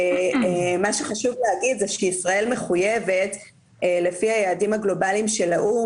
חשוב לומר שישראל מחויבת לפי היעדים הגלובליים של האו"מ